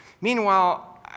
Meanwhile